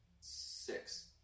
Six